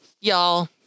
y'all